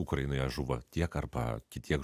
ukrainoje žūva tiek arba kitiek